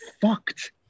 fucked